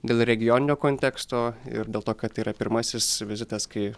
dėl regioninio konteksto ir dėl to kad tai yra pirmasis vizitas kai